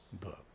book